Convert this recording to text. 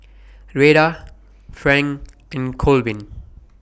Rheta Frank and Colvin